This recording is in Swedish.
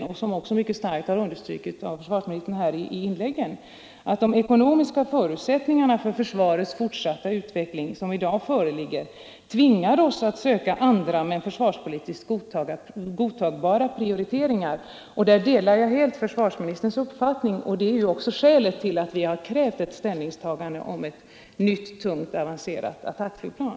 Där sägs — vilket också mycket starkt understrukits av försvarsministern i inläggen i dag att de ekonomiska förutsättningar för försvarets fortsatta utveckling som i dag föreligger tvingar oss att söka andra men försvarspolitiskt godtagbara prioriteringar I detta avseende delar jag helt försvarsministerns uppfattning, och det är också skälet till att vi har krävt ett ställningstagande till ett nytt tungt avancerat attackflygplan.